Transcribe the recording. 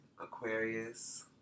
Aquarius